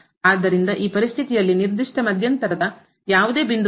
ಆದ್ದರಿಂದ ಈ ಪರಿಸ್ಥಿತಿಯಲ್ಲಿ ನಿರ್ದಿಷ್ಟ ಮಧ್ಯಂತರದ ಯಾವುದೇ ಬಿಂದುವಲ್ಲಿ